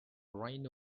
rhino